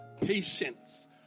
patience